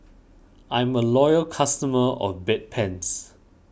I'm a loyal customer of Bedpans